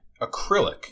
acrylic